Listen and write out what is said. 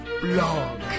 blog